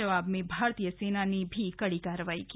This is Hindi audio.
जवाब में भारतीय सेना ने भी कड़ी कार्रवाई की